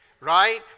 right